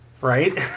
Right